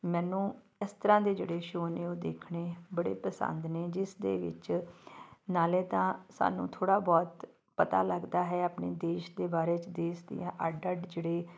ਮੈਨੂੰ ਇਸ ਤਰ੍ਹਾਂ ਦੇ ਜਿਹੜੇ ਸ਼ੋਅ ਨੇ ਉਹ ਦੇਖਣੇ ਬੜੇ ਪਸੰਦ ਨੇ ਜਿਸ ਦੇ ਵਿੱਚ ਨਾਲੇ ਤਾਂ ਸਾਨੂੰ ਥੋੜ੍ਹਾ ਬਹੁਤ ਪਤਾ ਲੱਗਦਾ ਹੈ ਆਪਣੇ ਦੇਸ਼ ਦੇ ਬਾਰੇ 'ਚ ਦੇਸ਼ ਦੀਆਂ ਅੱਡ ਅੱਡ ਜਿਹੜੇ